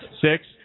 Six